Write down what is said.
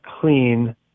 clean